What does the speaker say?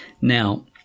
Now